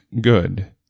good